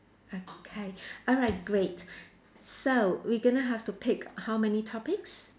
okay alright great so we gonna have to pick how many topics